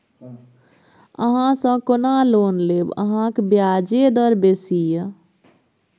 अहाँसँ कोना लोन लेब अहाँक ब्याजे दर बेसी यै